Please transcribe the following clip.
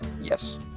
Yes